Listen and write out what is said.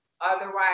Otherwise